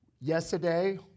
Yesterday